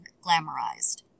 glamorized